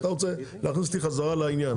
אתה רוצה להכניס אותי חזרה לעניין,